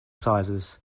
sizes